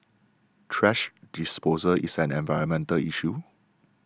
thrash disposal is an environmental issue